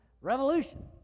revolution